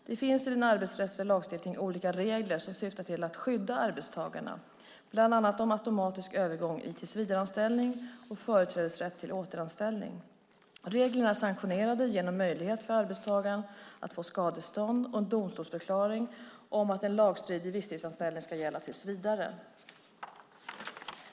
Det finns i den arbetsrättsliga lagstiftningen olika regler som syftar till att skydda arbetstagarna, bland annat om automatisk övergång i tillsvidareanställning och företrädesrätt till återanställning. Reglerna är sanktionerade genom möjligheter för arbetstagaren att få skadestånd och en domstolsförklaring om att en lagstridig visstidsanställning ska gälla tills vidare.